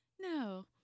no